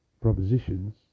propositions